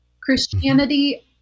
Christianity